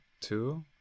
two